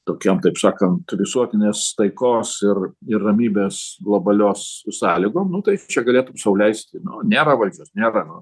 tokiam taip sakant visuotinės taikos ir ir ramybės globalios sąlygom nu tai čia galėtum sau leisti nėra valdžios nėra nu